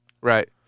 Right